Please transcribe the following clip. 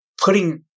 putting